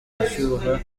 gushyuha